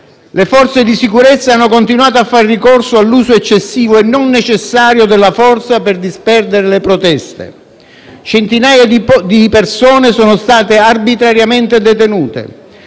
«le forze di sicurezza hanno continuato a fare ricorso all'uso eccessivo e non necessario della forza per disperdere le proteste. Centinaia di persone sono state arbitrariamente detenute.